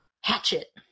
Hatchet